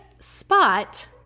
spot